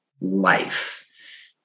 life